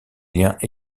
liens